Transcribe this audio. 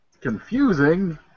confusing